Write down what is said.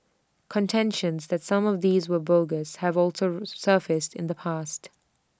contentions that some of these were bogus have also surfaced in the past